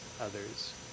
others